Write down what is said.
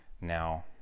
Now